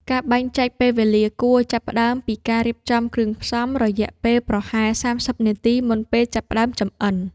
ការបែងចែកពេលវេលាគួរចាប់ផ្ដើមពីការរៀបចំគ្រឿងផ្សំ រយៈពេលប្រហែល ៣០ នាទីមុនពេលចាប់ផ្ដើមចម្អិន។